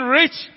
rich